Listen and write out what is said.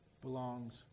belongs